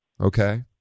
Okay